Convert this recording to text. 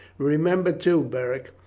remember too, beric,